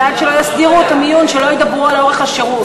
ועד שלא יסדירו את המיון שלא ידברו על אורך השירות.